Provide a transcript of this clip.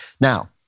Now